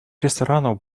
ресторанов